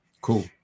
Cool